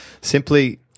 simply